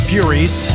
Furies